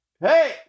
hey